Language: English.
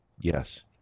Yes